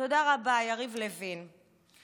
תודה רבה, יריב לוין.